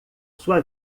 sua